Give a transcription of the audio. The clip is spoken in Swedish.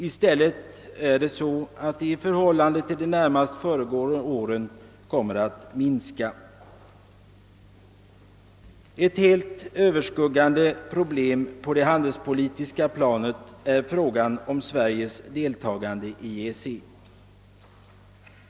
I stället är det så, att de i förhållande till de närmast föregående åren kommer att minska. Ett helt överskuggande problem på det handelspolitiska planet är frågan om Sveriges deltagande i EEC.